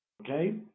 Okay